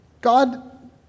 God